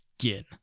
skin